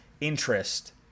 interest